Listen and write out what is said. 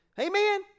Amen